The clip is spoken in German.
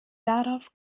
darauf